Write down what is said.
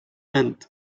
and